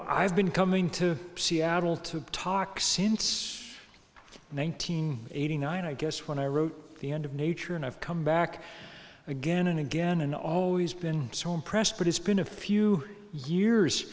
i've been coming to seattle to talk since one thousand eight hundred nine i guess when i wrote the end of nature and i've come back again and again and always been so impressed but it's been a few years